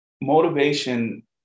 motivation